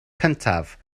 cyntaf